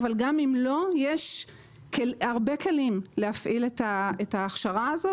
אבל גם אם לא יש הרבה כלים להפעיל את ההכשרה הזאת,